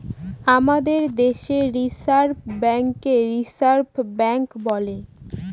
আমাদের দেশে রিসার্ভ ব্যাঙ্কে ব্যাঙ্কার্স ব্যাঙ্ক বলে